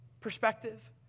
perspective